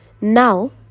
Now